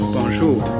Bonjour